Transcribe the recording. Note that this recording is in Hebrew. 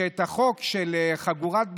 שאת החוק של חגורת בטיחות,